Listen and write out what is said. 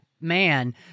man